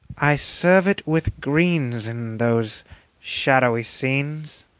i serve it with greens in those shadowy scenes,